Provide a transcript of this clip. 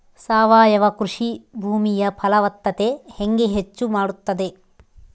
ಸಾವಯವ ಕೃಷಿ ಭೂಮಿಯ ಫಲವತ್ತತೆ ಹೆಂಗೆ ಹೆಚ್ಚು ಮಾಡುತ್ತದೆ?